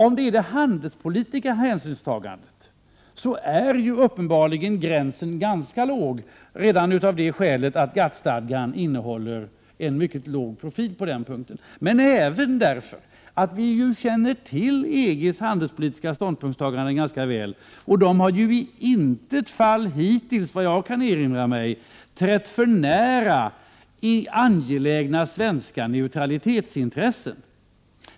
Om det är det handelspolitiska hänsynstagandet är ju gränsmuren uppenbarligen ganska låg, redan av det skälet att GATT-stadgan innehåller en mycket låg profil på den punkten, men även därför att vi ju känner till EG:s handelspolitiska ståndpunktstagande ganska väl. EG har ju i intet fall hittills, vad jag kan erinra mig, trätt för nära angelägna svenska neutralitetsintressen.